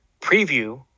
preview